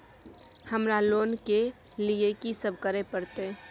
हमरा लोन के लिए की सब करे परतै?